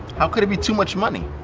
how could it be too much money?